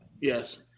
Yes